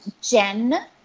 Jen